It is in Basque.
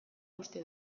uste